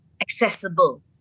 accessible